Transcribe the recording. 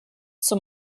zum